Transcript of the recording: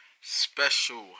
special